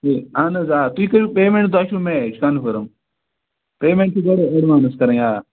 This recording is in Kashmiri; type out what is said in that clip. تہٕ اَہَن حظ آ تُہۍ کٔرِو پیمٮ۪نٛٹ تۄہہِ چھُو میچ کَنفٲرٕم پیمٮ۪نٛٹ چھِ گۄڈٕے ایٚڈوانٕس کَرٕنۍ آ